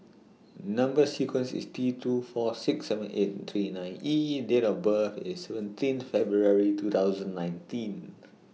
Number sequence IS T two four six seven eight three nine E and Date of birth IS seventeen February two thousand nineteenth